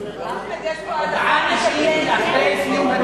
חבר הכנסת טיבי, אני